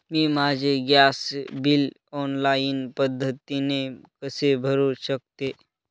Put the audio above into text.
मी माझे gas bill online पद्धतीने कसे भरु शकते?